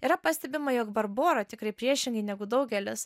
yra pastebima jog barbora tikrai priešingai negu daugelis